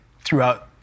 throughout